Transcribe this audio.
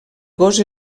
gos